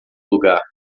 lugar